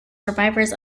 survivors